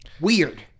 weird